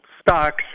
stocks